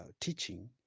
teaching